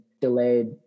delayed